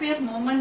otherwise